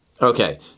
Okay